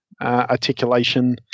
articulation